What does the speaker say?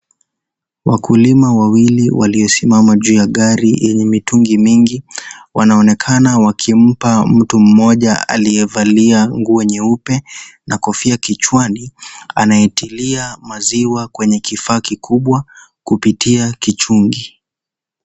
Wakulima wawili waliosimama juu ya gari yenye mitungi mingi. Wanaonekana wakimpa mtu mmoja aliyevalia nguo nyeupe na kofia kichwani. Anaitilia maziwa kwenye kifaa kikubwa, kupitia kichungi.